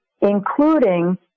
including